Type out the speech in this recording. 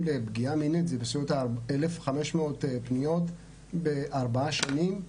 לפגיעה מינית זה בסביבות 1,500 פניות בארבע שנים,